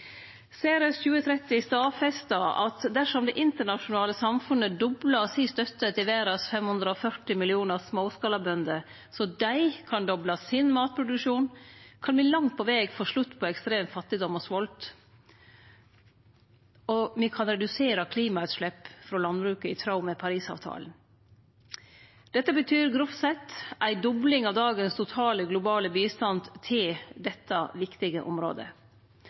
at dersom det internasjonale samfunnet doblar støtta si til dei 540 millionane småskalabønder i verda, så dei kan doble matproduksjonen sin, kan me langt på veg få slutt på ekstrem fattigdom og svolt – og me kan redusere klimautslepp frå landbruket i tråd med Parisavtalen. Dette betyr grovt sett ei dobling av dagens totale globale bistand til dette viktige området.